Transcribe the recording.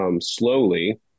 Slowly